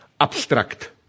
abstract